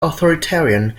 authoritarian